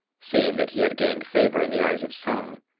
seeing that he had gained favor in the eyes of some,